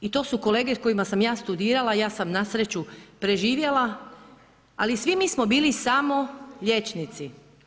I to su kolege s kojima sam ja studirala, ja sam na sreću preživjela ali svi mi smo bili samo liječnici.